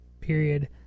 Period